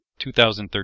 2013